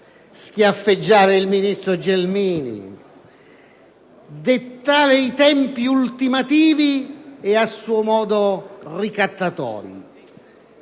schiaffeggiare il ministro Gelmini, dettare i tempi ultimativi e a suo modo ricattatori,